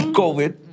...covid